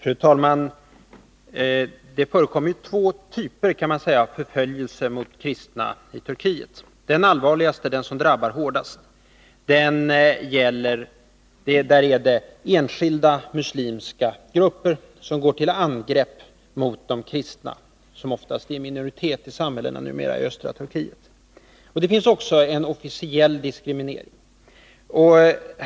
Fru talman! Det förekommer två typer av förföljelse mot kristna i Turkiet. Den allvarligaste, den som drabbar hårdast, är när enskilda muslimska grupper går till angrepp mot de kristna, som i samhällena i östra Turkiet numera ofta är i minoritet. Det finns också en officiell diskriminering.